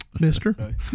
Mister